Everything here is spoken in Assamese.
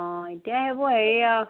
অঁ এতিয়াই সেইবোৰ হেৰি আৰু